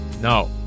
No